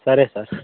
సరే సార్